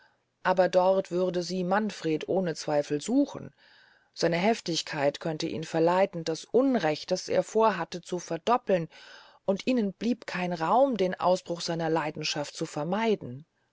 er dort würde sie manfred ohne zweifel suchen seine heftigkeit könnte ihn verleiten das unrecht das er vorhatte zu verdoppeln und ihnen bliebe kein raum den ausbruch seiner leidenschaft zu vermeiden